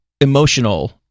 emotional